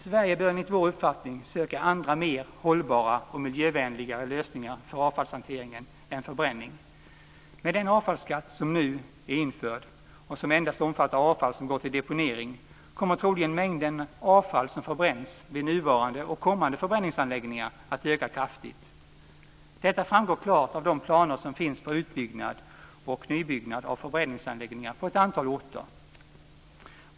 Sverige bör enligt vår uppfattning söka mer hållbara och miljövänligare lösningar för avfallshanteringen än förbränning. Med den avfallsskatt som nu är införd och som endast omfattar avfall som går till deponering kommer troligen mängderna avfall som förbränns vid nuvarande och kommande förbränningsanläggningar att öka kraftigt. Detta framgår klart av de planer som finns på utbyggnad och nybyggnad av förbränningsanläggningar på ett antal orter.